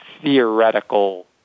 theoretical